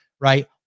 right